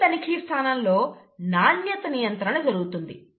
ఈ తనిఖీస్థానంలో నాణ్యత నియంత్రణ జరుగుతుంది